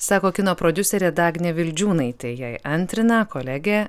sako kino prodiuserė dagnė vildžiūnaitė jai antrina kolegė